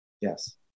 yes